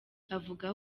avuga